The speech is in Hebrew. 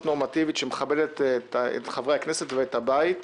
נורמטיבית שמכבדת את חברי הכנסת ואת הבית.